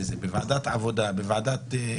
בוועדת העבודה גם דנים.